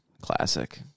Classic